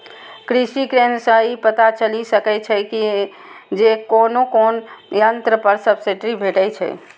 कृषि केंद्र सं ई पता चलि सकै छै जे कोन कोन यंत्र पर सब्सिडी भेटै छै